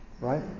right